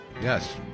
Yes